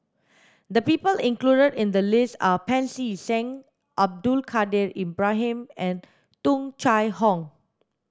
the people included in the list are Pancy Seng Abdul Kadir Ibrahim and Tung Chye Hong